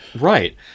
Right